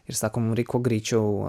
ir sako mum reik kuo greičiau